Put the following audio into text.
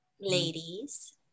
Ladies